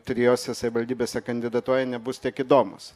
trijose savivaldybėse kandidatuoja nebus tiek įdomūs